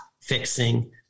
fixing